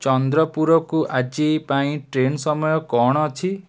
ଚନ୍ଦ୍ରପୁରକୁ ଆଜି ପାଇଁ ଟ୍ରେନ୍ ସମୟ କ'ଣ ଅଛି